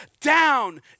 down